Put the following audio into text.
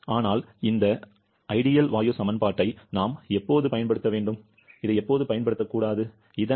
ஆனால் இந்த ஐடியல் வாயு சமன்பாட்டை நாம் எப்போது பயன்படுத்த வேண்டும் எப்போது இல்லை